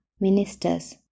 Ministers